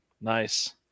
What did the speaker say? Nice